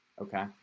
Okay